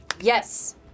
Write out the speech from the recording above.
Yes